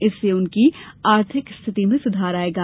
इससे उनकी आर्थिक स्थिति में सुधार आयेगा